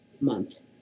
month